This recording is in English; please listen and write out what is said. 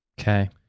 Okay